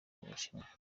bushinwa